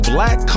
Black